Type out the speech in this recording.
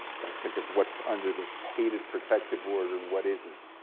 got to think of what's under this hated protective order and what isn't.